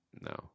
No